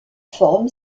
forme